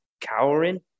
cowering